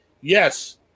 yes